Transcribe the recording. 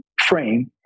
frame